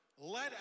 Let